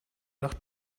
nach